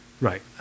Right